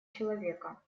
человека